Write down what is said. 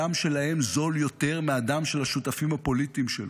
הדם שלהם זול יותר מהדם של השותפים הפוליטיים שלו.